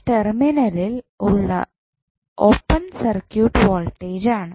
ടെർമിനലിൽ ഉള്ള open circuit voltage ആണ്